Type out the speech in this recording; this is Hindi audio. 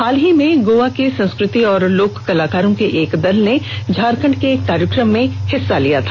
हाल ही में गोवा के संस्कृति और लोक कलाकारों के एक दल ने झारखंड के एक कार्यक्रम में हिस्सा लिया था